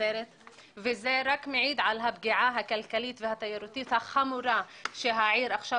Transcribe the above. בנצרת וזה רק מעיד על הפגיעה הכלכלית והתיירותית החמורה שהעיר עכשיו